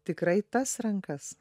tikrai tas rankas